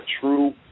true